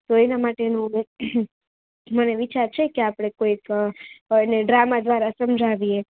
તો એના માટે મને વિચાર છે કે આપણે કોઈક ડ્રામા દ્વારા સમજાવીએ